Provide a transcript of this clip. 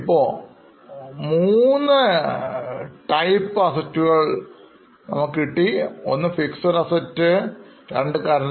ഇപ്പോൾ മൂന്നെണ്ണത്തിൽ പെട്ട Assets കിട്ടിയിട്ടുണ്ട് ഉണ്ട്